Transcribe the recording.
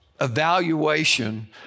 evaluation